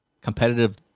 competitive